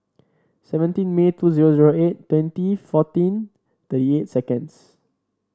seventeen May two zero zero eight twenty fourteen thirty eight seconds